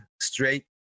straight